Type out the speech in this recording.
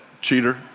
cheater